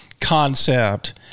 concept